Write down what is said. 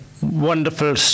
wonderful